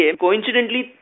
Coincidentally